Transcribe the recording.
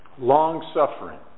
Long-suffering